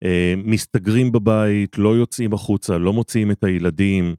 מסתגרים בבית, לא יוצאים החוצה, לא מוציאים את הילדים.